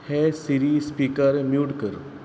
हे Siri speaker mute कर